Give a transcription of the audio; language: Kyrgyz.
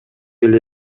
эле